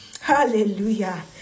Hallelujah